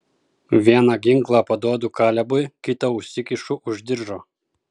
vieną ginklą paduodu kalebui kitą užsikišu už diržo